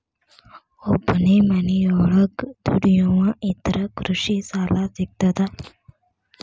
ಒಬ್ಬನೇ ಮನಿಯೊಳಗ ದುಡಿಯುವಾ ಇದ್ರ ಕೃಷಿ ಸಾಲಾ ಸಿಗ್ತದಾ?